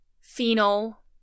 phenol